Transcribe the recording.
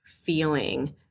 feeling